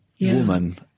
woman